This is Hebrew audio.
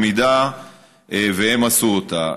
אם הם עשו אותם.